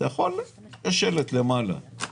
אפשר להציב שלט למעלה,